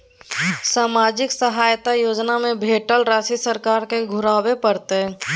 सामाजिक सहायता योजना में भेटल राशि सरकार के घुराबै परतै?